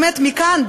באמת מכאן,